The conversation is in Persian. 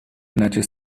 نجس